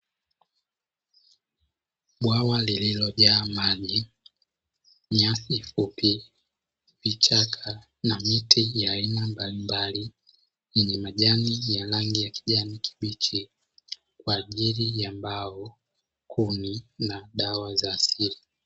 Bwawa lililojaa maji, nyasi fupi, vichaka na miti ya aina mbalimbali yenye majani ya rangi ya kijani kibichi kwa ajili ya mbao kumi na dawa za asili.